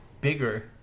bigger